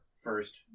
first